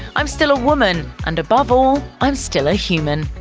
i'm still a woman, and above all i'm still a human.